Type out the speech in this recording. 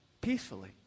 peacefully